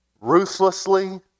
Ruthlessly